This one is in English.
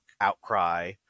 outcry